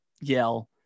yell